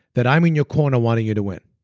that i'm in your corner wanting you to win.